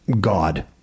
God